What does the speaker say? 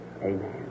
amen